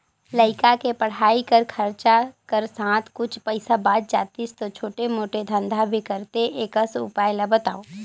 लइका के पढ़ाई कर खरचा कर साथ कुछ पईसा बाच जातिस तो छोटे मोटे धंधा भी करते एकस उपाय ला बताव?